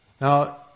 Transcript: Now